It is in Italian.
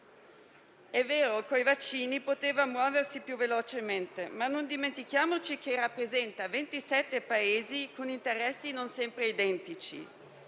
È vero, con i vaccini poteva muoversi più velocemente, ma non dimentichiamoci che è costituita da 27 Paesi con interessi non sempre identici.